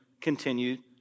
continued